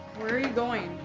where are you going?